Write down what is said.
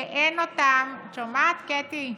שאין אותם, את שומעת, קטי?